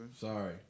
Sorry